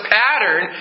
pattern